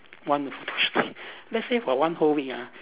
one photoshoot let's say for one whole week ah